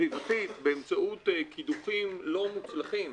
סביבתית באמצעות קידוחים לא מוצלחים